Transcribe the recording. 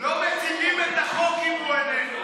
לא מציגים את החוק אם הוא איננו.